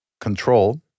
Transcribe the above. control